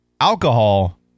alcohol